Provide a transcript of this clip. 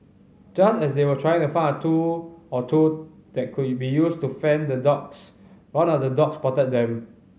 just as they were trying to find a tool or two that could be used to fend the dogs one of the dogs spotted them